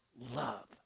love